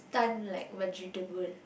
stun like vegetable